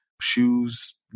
Shoes